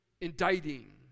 Indicting